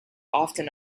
often